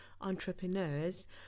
entrepreneurs